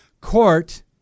court